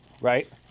Right